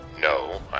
No